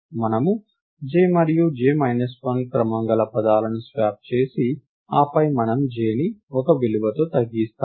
మనము j మరియు j 1 క్రమం గల పదాలను స్వాప్ చేసి ఆపై మనము j ని ఒక విలువ తో తగ్గిస్తాము